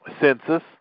census